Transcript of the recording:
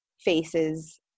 faces